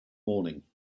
morning